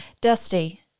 Dusty